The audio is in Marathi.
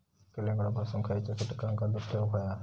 कलिंगडापासून खयच्या कीटकांका दूर ठेवूक व्हया?